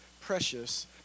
precious